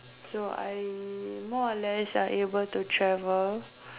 so I more or less are able to travel